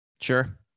sure